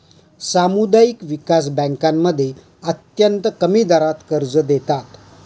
सामुदायिक विकास बँकांमध्ये अत्यंत कमी दरात कर्ज देतात